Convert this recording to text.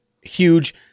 huge